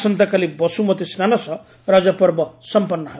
ଆସନ୍ତାକାଲି ବସୁମତୀ ସ୍ନାନ ସହ ରଜପର୍ବ ସମ୍ମନ୍ନ ହେବ